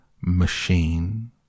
machine